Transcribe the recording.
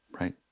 right